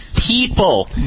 People